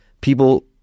people